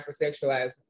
hypersexualized